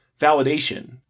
validation